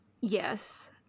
Yes